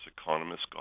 economist